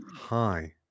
Hi